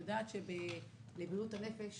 אני יודעת שלבריאות הנפש